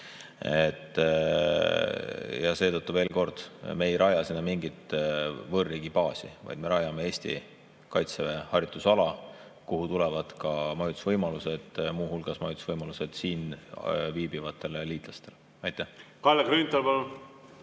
Ja seetõttu, veel kord, me ei raja sinna mingit võõrriigi baasi, vaid me rajame Eesti kaitseväe harjutusala, kuhu tulevad ka majutusvõimalused, muu hulgas majutusvõimalused siin viibivatele liitlastele. Aitäh! Mulle küll